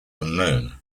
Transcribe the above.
unknown